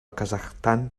kazakhstan